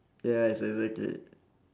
ya ex~ exactly